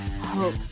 hope